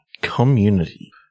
Community